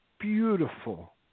beautiful